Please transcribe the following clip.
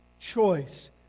choice